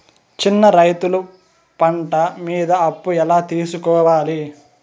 చిన్న రైతులు పంట మీద అప్పు ఎలా తీసుకోవాలి?